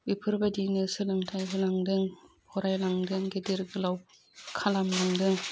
बेफोरबायदिनो सोलोंथाइ होलांदों फरायलांदों गिदिर गोलाव खालामलांदों